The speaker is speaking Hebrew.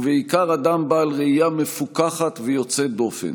ובעיקר, אדם בעל ראייה מפוקחת ויוצאת דופן.